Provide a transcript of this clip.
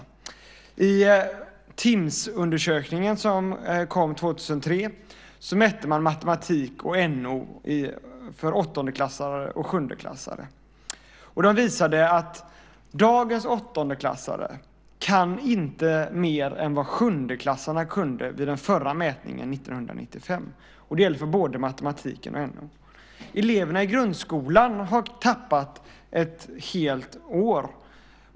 Vid en TIMMS-undersökning som kom 2003 mätte man kunskaper i matte och NO bland åttondeklassare och sjundeklassare. Det visade sig att dagens åttondeklassare inte kan mer än vad sjundeklassare kunde vid den förra mätningen 1995. Detta gäller båda ämnena. Eleverna i grundskolan har tappat ett helt år.